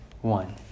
one